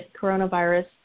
coronavirus